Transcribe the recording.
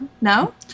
No